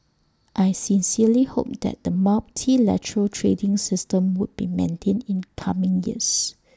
I sincerely hope that the multilateral trading system would be maintained in coming years